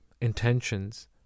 intentions